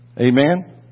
Amen